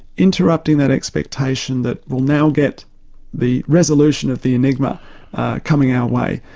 interrupting that expectation that will now get the resolution of the enigma coming our way.